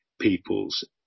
people's